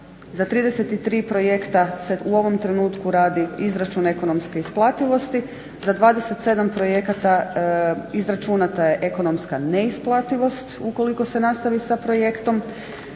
Za 33 projekta se u ovom trenutku radi izračun ekonomske isplativosti, za 27 projekata izračunata je ekonomska neisplativost ukoliko se nastavi sa projektom,